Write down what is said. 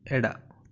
ಎಡ